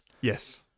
yes